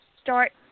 start